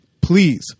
Please